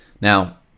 Now